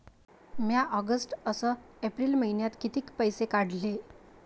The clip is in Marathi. म्या ऑगस्ट अस एप्रिल मइन्यात कितीक पैसे काढले?